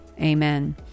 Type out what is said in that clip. Amen